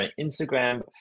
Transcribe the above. Instagram